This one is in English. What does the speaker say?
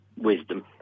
Wisdom